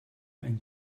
ein